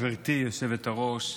גברתי היושבת-ראש,